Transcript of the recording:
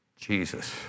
Jesus